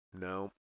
No